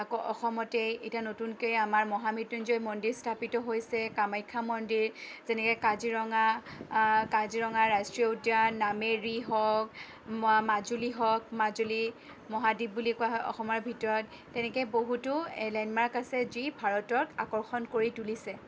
আকৌ অসমতেই এতিয়া নতুনকে আমাৰ মহামৃত্যুঞ্জয় মন্দিৰ স্থাপিত হৈছে কামাখ্যা মন্দিৰ যেনেকৈ কাজিৰঙা কাজিৰঙা ৰাষ্ট্ৰীয় উদ্যান নামেৰি হওঁক মা মাজুলি হওঁক মাজুলি মহাদ্বীপ বুলি কোৱা হয় অসমৰ ভিতৰত তেনেকৈ বহুতো লেণ্ডমাৰ্ক আছে যি ভাৰতক আকৰ্ষণ কৰি তুলিছে